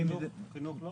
חינוך לא?